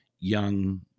young